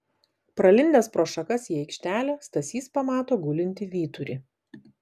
pralindęs pro šakas į aikštelę stasys pamato gulintį vyturį